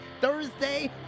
Thursday